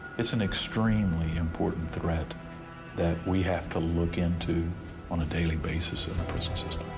it's an extremely important threat that we have to look into on a daily basis in the prison system.